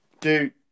Dude